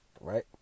right